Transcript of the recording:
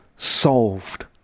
solved